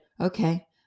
Okay